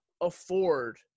afford